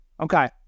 Okay